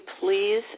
please